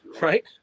right